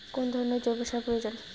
কোন ধরণের জৈব সার প্রয়োজন?